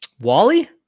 Wally